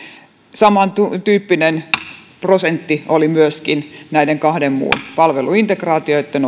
samantyyppinen prosentti oli myöskin näiden kahden muun palveluintegraatioitten